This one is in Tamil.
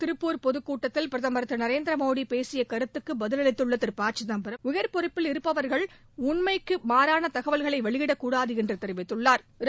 திருப்பூர் பொதுக்கூட்டத்தில் பிரதமர் திரு நரேந்திர மோடி பேசிய கருத்துக்கு பதிலளித்துள்ள திரு ப சிதம்பரம் உயர் பொறுப்பில் இருப்பவர்கள் உண்மைக்கு மாறான தகவல்களை வெளியிடக்கூடாது என்று தெரிவித்துள்ளா்